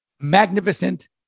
magnificent